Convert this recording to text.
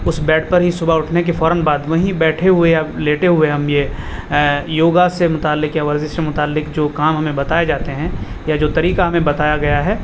اس bed پر ہی صبح اٹھنے کے فوراً بعد وہیں بیٹھے ہوئے یا لیٹے ہوئے ہم یہ یوگا سے متعلق یا ورزش سے متعلق جو کام ہمیں بتائے جاتے ہیں یا جو طریقہ ہمیں بتایا گیا ہے